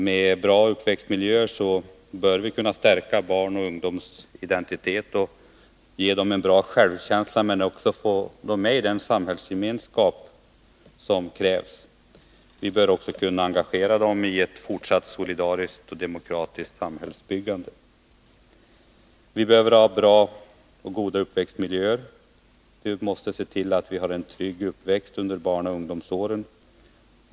Med en god uppväxtmiljö bör vi kunna stärka barnoch ungdomsidentiteten samt ge barn och ungdomar en god självkänsla och få med dem i den samhällsgemenskap som krävs. Vi bör också kunna engagera dem i ett fortsatt solidariskt och demokratiskt samhällsbyggande. Vi behöver ha goda uppväxtmiljöer. Vi måste se till att det blir en god uppväxt under barnaoch ungdomsåren.